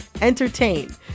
entertain